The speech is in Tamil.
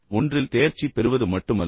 ஒன்றில் தேர்ச்சி பெறுவது மட்டுமல்ல